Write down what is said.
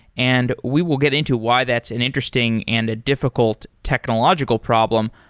and we will get into why that's an interesting and a difficult technological problem.